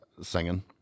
singing